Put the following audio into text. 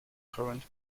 current